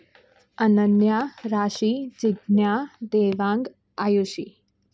Ananya Rashi Jigna Devang Ayushi